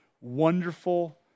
wonderful